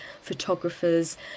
photographers